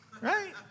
right